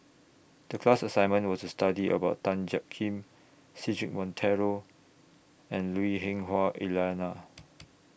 The class assignment was to study about Tan Jiak Kim Cedric Monteiro and Lui Hah Wah Elena